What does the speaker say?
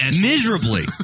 Miserably